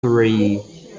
three